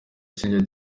shingiro